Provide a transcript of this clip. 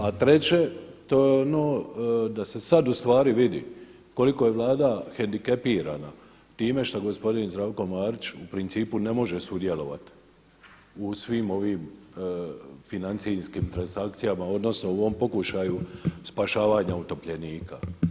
A treće, to je ono da se sad u stvari vidi koliko je Vlada hendikepirana time što gospodin Zdravko Marić u principu ne može sudjelovat u svim ovim financijskim transakcijama, odnosno u ovom pokušaju spašavanja utopljenika.